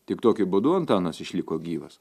tik tokiu būdu antanas išliko gyvas